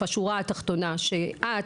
<< יור >> תודה לחברת הכנסת ברביבאי.